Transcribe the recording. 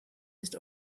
nicht